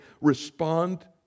respond